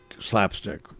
slapstick